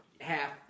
half